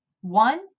One